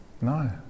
no